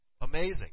Amazing